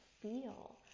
feel